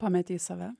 pametei save